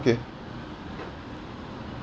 ~ay